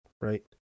right